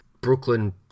Brooklyn